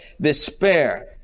despair